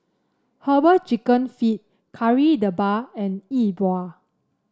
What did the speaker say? herbal chicken feet Kari Debal and Yi Bua